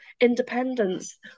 independence